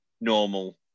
normal